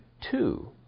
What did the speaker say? two